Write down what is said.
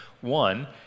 One